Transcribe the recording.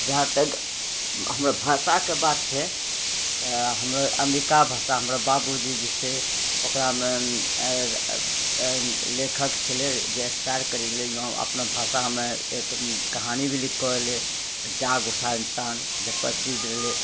जहाँतक हमर भाषाके बात छै तऽ हमरो अङ्गिका भाषा हमरो बाबूजी जे छै ओकरामे लेखक छलै जे एक्सपायर करि गेलै अपना भाषा हम एक कहानी भी लिखिकऽ अएलै जाग उठा इन्सान जे प्रचलित भेलै